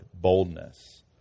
boldness